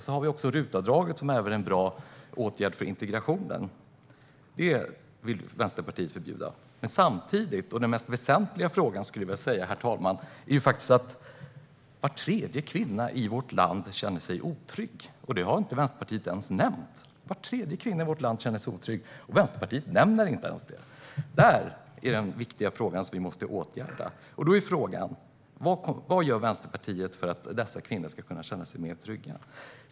Sedan finns RUT-avdraget, som även är en bra åtgärd för integrationen. Det vill Vänsterpartiet förbjuda. Den mest väsentliga frågan, herr talman, är att var tredje kvinna i vårt land känner sig otrygg. Det har Vänsterpartiet inte ens nämnt. Var tredje kvinna i vårt land känner sig otrygg, och Vänsterpartiet nämner inte ens det! Det är den viktiga frågan vi måste åtgärda. Vad gör Vänsterpartiet för att dessa kvinnor ska känna sig mer trygga?